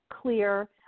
clear